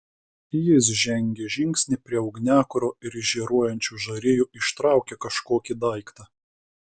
jis žengė žingsnį prie ugniakuro ir iš žėruojančių žarijų ištraukė kažkokį daiktą